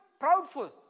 Proudful